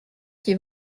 qui